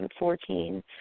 2014